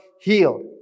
healed